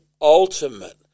ultimate